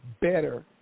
better